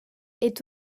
est